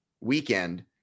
weekend